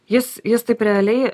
jis jis taip realiai